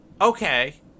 Okay